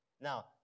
Now